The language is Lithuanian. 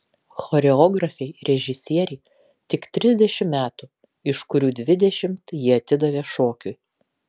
choreografei režisierei tik trisdešimt metų iš kurių dvidešimt ji atidavė šokiui